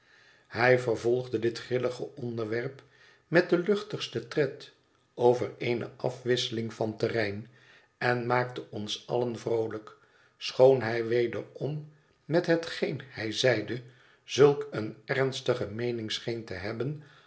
hij vervolgde dit grillige onderwerp met den luchtigsten tred over eene afwisseling van terrein en maakte ons allen vroolijk schoon hij wederom met hetgeen hij zeide zulk eene ernstige meening scheen te hebben